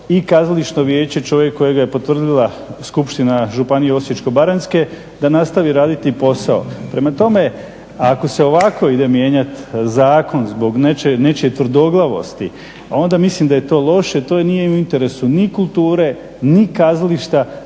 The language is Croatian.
i kazališno vijeće, čovjek kojega je potvrdila skupština županije Osječko-baranjske da nastavi raditi posao. Prema tome ako se ovako ide mijenjati zakon zbog nečije tvrdoglavosti, onda mislim da je to loše, to nije u interesu ni kulture, ni kazališta